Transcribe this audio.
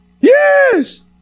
Yes